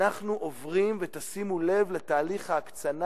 אנחנו עוברים, ותשימו לב לתהליך ההקצנה